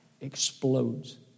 explodes